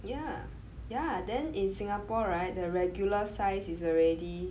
ya ya then in Singapore right the regular size is already